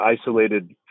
isolated